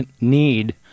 need